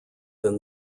than